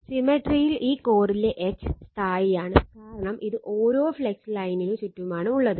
സിമ്മെട്രിയിൽ ഈ കോറിലെ H സ്ഥായിയാണ് കാരണം ഇത് ഓരോ ഫ്ലക്സ് ലൈനിനു ചുറ്റുമാണ് ഉള്ളത്